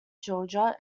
georgia